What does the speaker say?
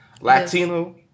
Latino